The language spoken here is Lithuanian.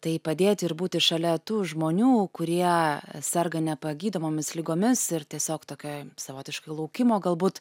tai padėti ir būti šalia tų žmonių kurie serga nepagydomomis ligomis ir tiesiog tokioj savotiškoj laukimo galbūt